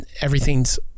everything's